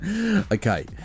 Okay